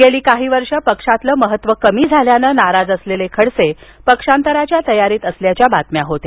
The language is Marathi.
गेली काही वर्ष पक्षातलं महत्व कमी झाल्यानं नाराज असलेले खडसे पक्षांतराच्या तयारीत असल्याच्या बातम्या होत्या